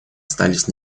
остались